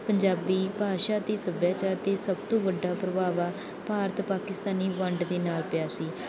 ਪੰਜਾਬੀ ਭਾਸ਼ਾ ਅਤੇ ਸੱਭਿਆਚਾਰ 'ਤੇ ਸਭ ਤੋਂ ਵੱਡਾ ਪ੍ਰਭਾਵ ਆ ਭਾਰਤ ਪਾਕਿਸਤਾਨੀ ਵੰਡ ਦੇ ਨਾਲ ਪਿਆ ਸੀ